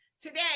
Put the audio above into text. Today